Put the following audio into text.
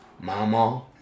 Mama